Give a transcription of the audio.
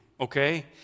okay